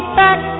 back